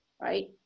right